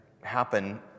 happen